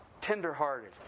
tenderhearted